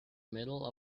middle